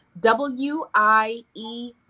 W-I-E